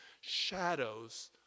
shadows